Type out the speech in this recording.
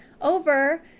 over